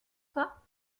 toi